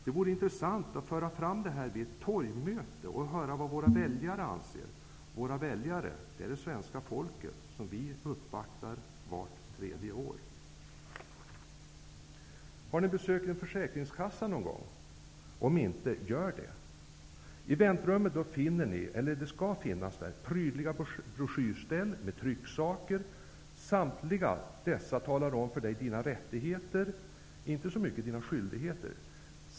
Det vore intressant att föra fram detta vid ett torgmöte och höra vad våra väljare anser. Våra väljare, det är svenska folket som vi uppvaktar vart tredje år. Har ni besökt en försäkringskassa någon gång? Om inte, gör det. I väntrummet skall det finnas prydliga broschyrställ med trycksaker. Samtliga dessa trycksaker berättar om dina rättigheter, inte så mycket om dina skyldigheter.